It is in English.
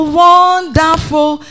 wonderful